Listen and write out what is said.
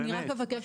נו באמת.